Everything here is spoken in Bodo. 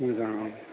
मोजां